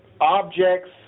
objects